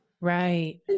Right